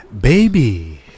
Baby